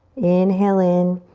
inhale in.